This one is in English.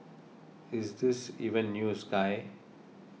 is this even news guy